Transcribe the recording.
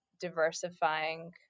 diversifying